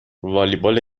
والیبال